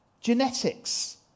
Genetics